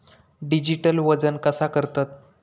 Digital वजन कसा करतत?